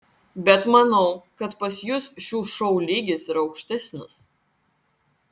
bet manau kad pas jus šių šou lygis yra aukštesnis